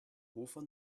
hofer